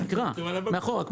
תקרא מאחורה,